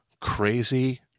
crazy